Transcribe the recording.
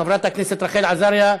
התשע"ז 2017. חברת הכנסת רחל עזריה,